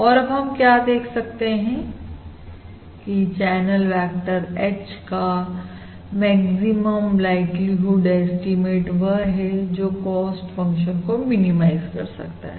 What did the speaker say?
और अब हम क्या देख सकते हैं की चैनल वेक्टर H का मैक्सिमम लाइक्लीहुड एस्टीमेट वह है जो कॉस्ट फंक्शन को मिनिमाइज कर सकता है